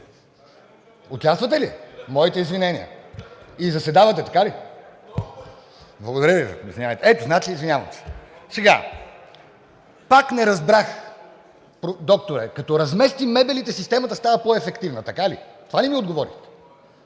Участвате ли? Моите извинения! И заседавате, така ли? Благодаря Ви. Ето, значи, извинявам се. Сега пак не разбрах! Докторе, като разместим мебелите – системата става по-ефективна, така ли? Това ли ми отговорихте?